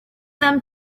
them